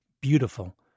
beautiful